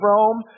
Rome